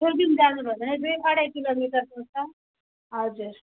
पेदोङ जानु भयो भने दुई अडाई किलोमिटर पर्छ हजुर